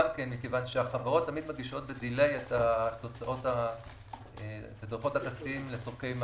כי החברות מגישות בדיליי את הדוחות הכספיים לצורכי מס.